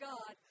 God